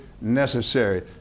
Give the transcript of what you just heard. necessary